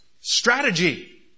strategy